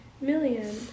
million